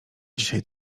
dzisiaj